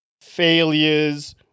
failures